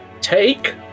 Take